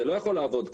זה לא יכול לעבוד ככה,